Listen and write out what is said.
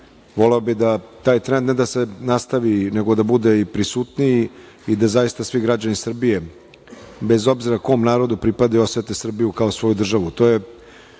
voleo bih da taj trend ne da se nastavi, nego da bude i prisutniji i da zaista svi građani Srbije, bez obzira kom narodu pripadaju, osete Srbiju kao svoju državu.